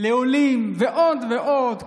ועולים ועוד ועוד,